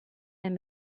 and